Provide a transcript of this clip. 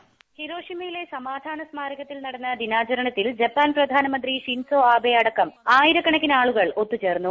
voice ഹിരോഷിമയിലെ സമാധാന സ്മാരകത്തിൽ നടന്ന ദിനാചരണത്തിൽ ജപ്പാൻ പ്രധാനമന്ത്രി ഷിൻസോ ആബെ അടക്കം ആയിരക്കണക്കിന് ആളുകൾ ഒത്തുചേർന്നു